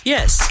Yes